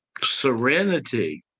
serenity